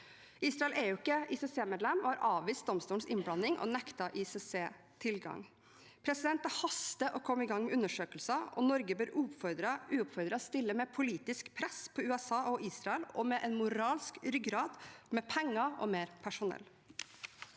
Israel er ikke ICC-medlem, og de har avvist domstolens innblanding og nekter ICC tilgang. Det haster å komme i gang med undersøkelser, og Norge bør uoppfordret stille med politisk press på USA og Israel og med en moralsk ryggrad med penger og mer personell.